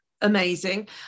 Amazing